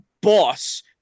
boss